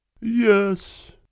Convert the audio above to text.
Yes